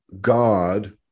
God